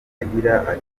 agira